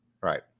right